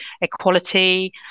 equality